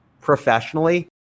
professionally